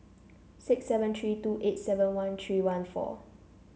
six seven three two eight seven one three one four